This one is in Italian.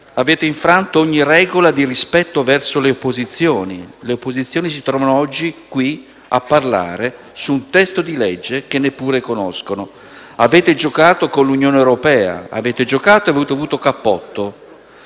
Avete infranto ogni regola di rispetto verso le opposizioni, che si trovano oggi qui a parlare su un testo di legge che neppure conoscono. Avete giocato con l'Unione europea. Avete giocato e avete avuto cappotto.